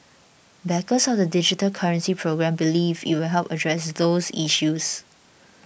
backers of the digital currency programme believe it will help address those issues